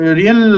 real